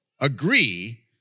agree